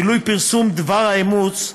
גילוי ופרסום דבר האימוץ,